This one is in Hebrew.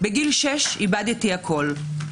בגיל שש איבדתי הכול.